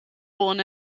born